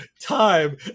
time